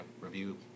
review